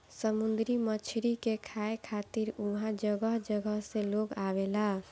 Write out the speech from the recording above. समुंदरी मछरी के खाए खातिर उहाँ जगह जगह से लोग आवेला